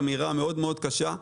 אמירה מאוד מאוד קשה,